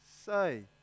say